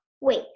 Wait